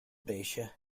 pesce